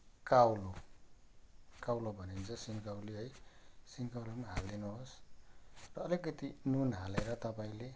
काउलो काउलो भनेको चाहिँ सिन्कौली है सिन्कौली पनि हालिदिनुहोस् अलिकति नुन हालेर तपाईँले